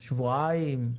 שבועיים?